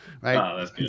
Right